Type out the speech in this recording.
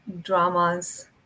dramas